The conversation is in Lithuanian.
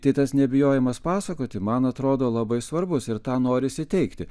tai tas nebijojimas pasakoti man atrodo labai svarbus ir tą norisi teigti